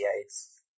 aids